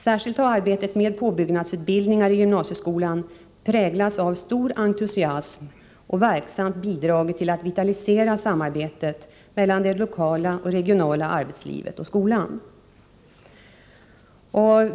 Särskilt har arbetet med påbyggnadsutbildningarna i gymnasieskolan präglats av stor entusiasm och verksamt bidragit till att vitalisera samarbetet mellan det lokala och regionala arbetslivet och skolan.